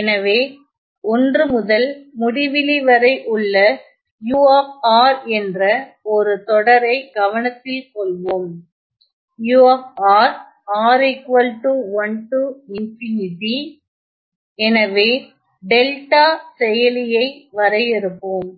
எனவே 1 முதல் முடிவிலி வரை உள்ள u என்ற ஒரு தொடரை கவனத்தில் கொள்வோம் எனவே டெல்டா செயலி ஐ வரையறுப்போம்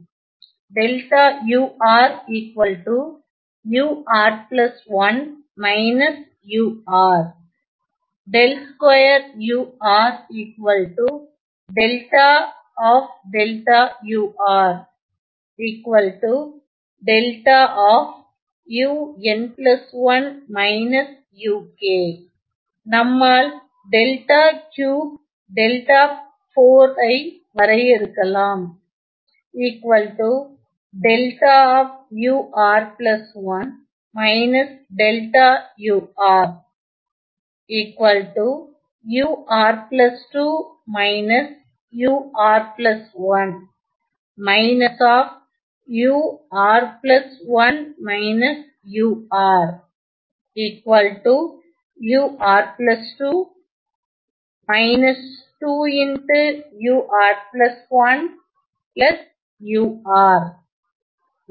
நம்மால் டெல்டா கியூப் டெல்டா 4 ஐ வரையறுக்களம்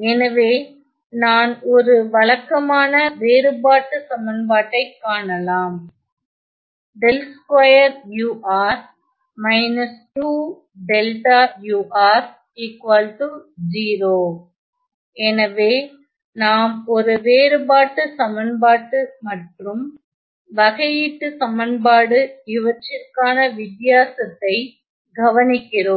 எனவே நான் ஒரு வழக்கமான வேறுபாட்டு சமன்பாட்டை காணலாம் எனவே நாம் ஒரு வேறுபாட்டு சமன்பாட்டு மற்றும் வகையீட்டுச் சமன்பாடு இவற்றிற்கான வித்தியாசத்தை கவனிக்கிறோம்